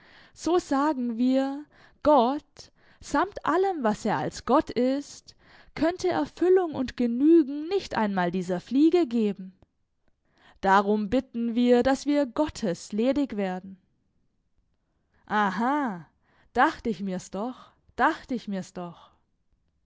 so sagen wir gott samt allem was er als gott ist könnte erfüllung und genügen nicht einmal dieser fliege geben darum bitten wir daß wir gottes ledig werden aha dacht ich mir's doch dacht ich mir's doch